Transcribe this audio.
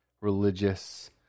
religious